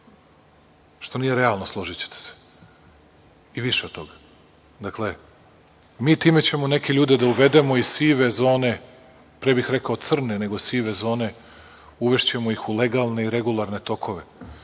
što nije realno, složićete se, i više od toga. Dakle, time ćemo neke ljude da uvedemo iz sive zone, pre bih rekao crne nego sive zone, u legalne i regularne tokove.